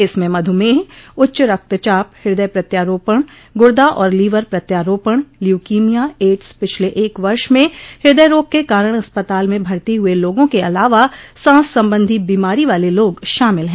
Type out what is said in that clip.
इसम मधुमेह उच्च रक्तचाप हृदय प्रत्यारोपण गुर्दा और लीवर प्रत्यारोपण ल्यूकीमिया एड्स पिछले एक वर्ष में हृदय रोग के कारण अस्पताल में भर्ती हुये लोगों के अलावा सांस संबंधी बीमारी वाले लोग शामिल हैं